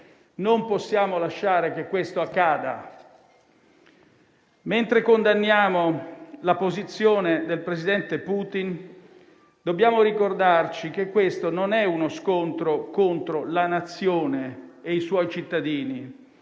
Non possiamo lasciare che questo accada. Mentre condanniamo la posizione del presidente Putin, dobbiamo ricordarci che questo non è uno scontro contro la Nazione e i suoi cittadini,